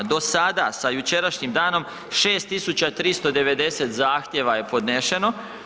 Do sada sa jučerašnjim danom 6390 zahtjeva je podnešeno.